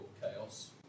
chaos